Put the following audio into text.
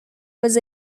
was